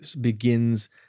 begins